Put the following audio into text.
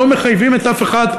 לא מחייבים את אף אחד,